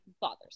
bothers